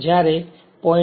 જ્યારે 0